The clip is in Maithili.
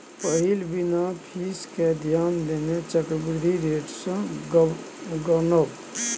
पहिल बिना फीस केँ ध्यान देने चक्रबृद्धि रेट सँ गनब